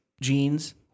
jeans